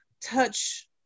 touch